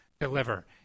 deliver